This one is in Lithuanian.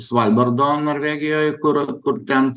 svalbardo norvegijoj kur kur ten